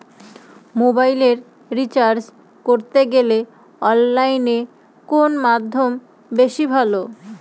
মোবাইলের রিচার্জ করতে গেলে অনলাইনে কোন মাধ্যম বেশি ভালো?